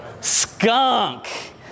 Skunk